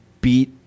beat